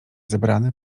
zebrane